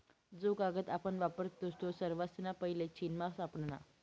जो कागद आपण वापरतस तो सर्वासना पैले चीनमा सापडना